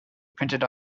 printed